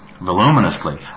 voluminously